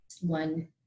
one